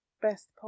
best